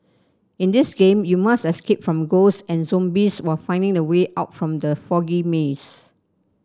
in this game you must escape from ghost and zombies while finding the way out from the foggy maze